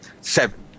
Seven